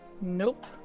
nope